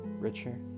richer